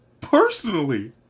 personally